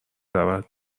رود